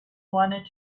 wanted